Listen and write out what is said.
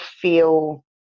feel